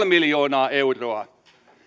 miljoonaa euroa